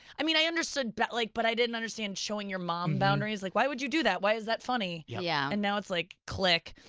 i mean i understood but like but i didn't understand showing your mom boundaries. like why would you do that? why is that funny? yeah and now it's like click.